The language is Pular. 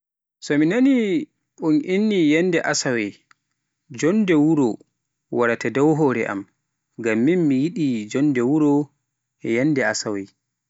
So mi nani un inni yannde Asawe, joonde wuro warata dow hore am, ngam miyidi jonnde ruwo yannde Asawe.